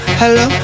hello